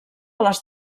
les